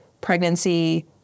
pregnancy